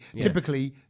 typically